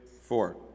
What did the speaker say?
four